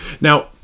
Now